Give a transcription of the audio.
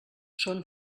són